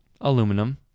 Aluminum